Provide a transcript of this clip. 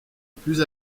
plus